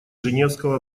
женевского